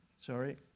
Sorry